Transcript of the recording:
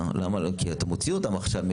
כי אתה מוציא אותם עכשיו,